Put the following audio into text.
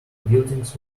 buildings